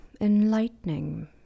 enlightening